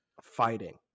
fighting